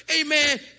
Amen